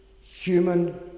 human